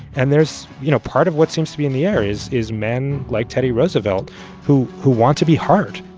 and there's you know, part of what seems to be in the air is is men like teddy roosevelt who who want to be hard.